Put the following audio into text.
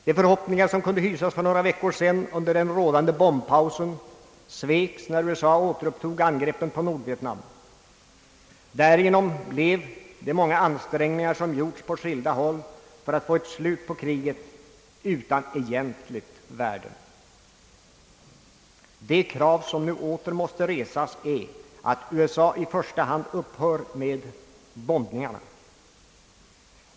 De förhoppningar som kunde hysas för några veckor sedan under den rådande bombpausen sveks när USA återupptog angreppen på Nordvietnam. Därigenom blev de många ansträngningar som gjorts på skilda håll för att få ett slut på kriget utan egentligt värde. Det krav som nu åter måste resas är att USA i första hand upphör med dessa bombningar.